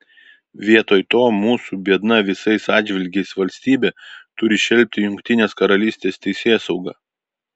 vietoj to mūsų biedna visais atžvilgiais valstybė turi šelpti jungtinės karalystės teisėsaugą